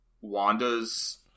Wanda's